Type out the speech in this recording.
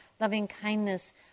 loving-kindness